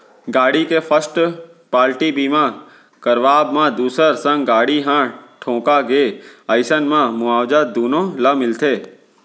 गाड़ी के first party बीमा करवाब म दूसर संग गाड़ी ह ठोंका गे अइसन म मुवाजा दुनो ल मिलथे